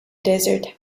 desert